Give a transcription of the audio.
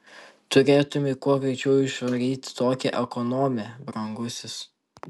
turėtumei kuo greičiau išvaryti tokią ekonomę brangusis